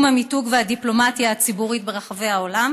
המיתוג והדיפלומטיה הציבורית ברחבי העולם